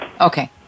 Okay